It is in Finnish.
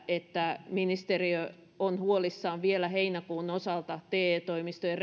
että ministeriö on huolissaan vielä heinäkuun osalta te toimistojen